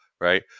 Right